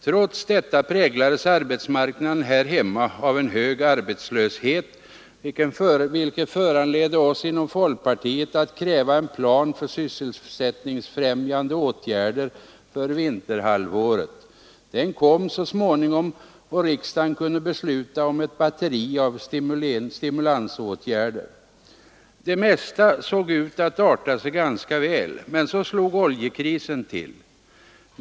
Trots detta präglades arbetsmarknaden här hemma av en hög arbetslöshet, vilket föranledde oss inom folkpartiet att kräva en plan för sysselsättningsfrämjande åtgärder för vinterhalvåret. Den kom så småningom, och riksdagen kunde besluta om ett batteri av stimulansåtgärder. Det mesta såg ut att arta sig väl, men så slog oljekrisen till.